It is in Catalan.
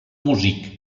músic